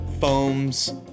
foams